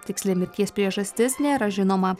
tiksli mirties priežastis nėra žinoma